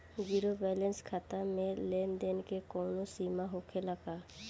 Zero balance खाता में लेन देन के कवनो सीमा होखे ला का?